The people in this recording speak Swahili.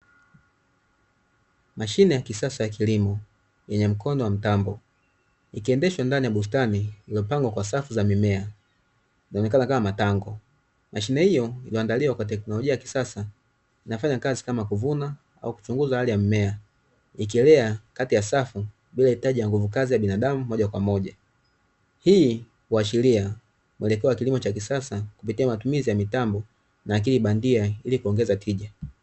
Mashine ya kisasa ya kilimo yenye mkondo wa mtambo ikiendeshwa ndani ya bustani iliyopangwa kwa safu za mimea inaonekana kama matango, mashine hiyo tuliandaliwa kwa teknolojia ya kisasa nafanya kazi kama kuvuna au kuchunguza hali ya mmea ikilea kati ya safi bila hitaji ya nguvu kazi ya binadamu moja kwa moja hii wa sheria walikuwa wa kilimo cha kisasa kupitia matumizi ya mitambo na akili bandia ili kuongeza tija.